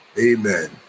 Amen